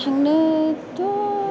थांनोथ'